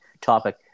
topic